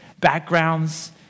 backgrounds